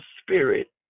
spirit